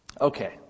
Okay